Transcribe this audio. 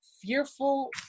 fearful